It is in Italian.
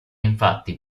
infatti